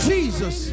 Jesus